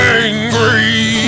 angry